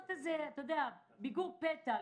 צריך לעשות ביקור פתע,